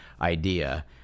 idea